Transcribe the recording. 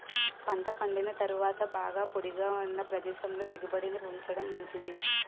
పంట పండిన తరువాత బాగా పొడిగా ఉన్న ప్రదేశంలో దిగుబడిని ఉంచడం మంచిది